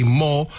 more